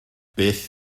beth